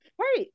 right